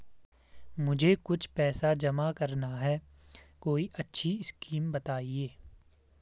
मुझे कुछ पैसा जमा करना है कोई अच्छी स्कीम बताइये?